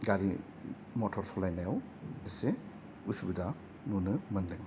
गारि मटर सालायनायाव एसे असुबिदा नुनो मोनदों